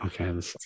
Okay